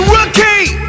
Rookie